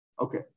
Okay